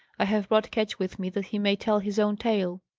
i have brought ketch with me that he may tell his own tale.